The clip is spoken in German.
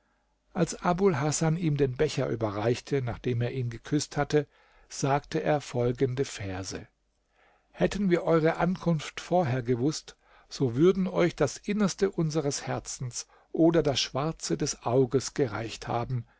als abul hasan ihm den becher überreichte nachdem er ihn geküßt hatte sagte er folgende verse hätten wir eure ankunft vorher gewußt wir würden euch das innerste unseres herzens oder das schwarze des auges gereicht haben